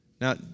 Now